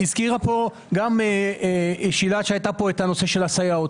הזכירו כאן את נושא הסייעות.